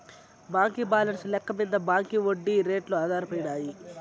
బాంకీ బాలెన్స్ లెక్క మింద బాంకీ ఒడ్డీ రేట్లు ఆధారపడినాయి